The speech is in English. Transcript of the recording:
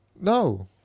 No